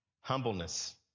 Humbleness